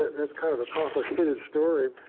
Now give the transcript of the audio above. that's kind of a complicated story.